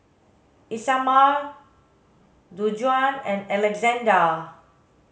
Isamar Djuana and Alexzander